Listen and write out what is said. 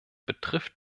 betrifft